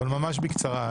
אבל ממש בקצרה.